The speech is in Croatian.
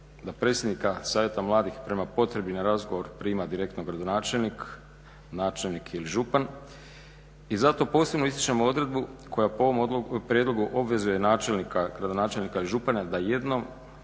da predsjednika Savjeta mladih prema potrebi na razgovor prima direktno gradonačelnik, načelnik ili župan i zato posebno ističemo odredbu koja po ovom prijedlogu obvezuje načelnika, gradonačelnika ili župana da jednom